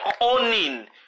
owning